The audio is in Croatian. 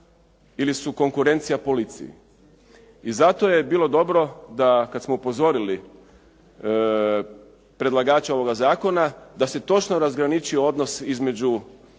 ili su konkurencija policiji. I zato je bilo dobro da kad smo upozorili predlagače ovoga zakona da se točno razgraničio odnos između